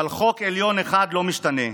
אבל חוק עליון אחד לא משתנה,